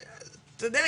אתה יודע,